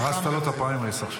הרסת לו את הפריימריז עכשיו.